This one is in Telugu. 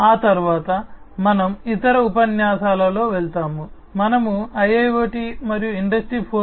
ఆ తరువాత మనము ఇతర ఉపన్యాసాలలో వెళ్తాము మనము IIoT మరియు ఇండస్ట్రీ 4